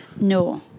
No